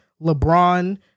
LeBron